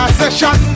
session